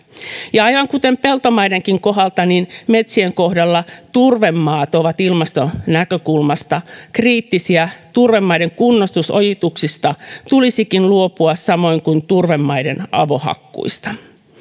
aivan kuten peltomaidenkin kohdalla metsien kohdalla turvemaat ovat ilmastonäkökulmasta kriittisiä turvemaiden kunnostusojituksista tulisikin luopua samoin kuin turvemaiden avohakkuista